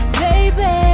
baby